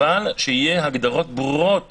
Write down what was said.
אבל שיהיו הגדרות ברורות